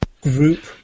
group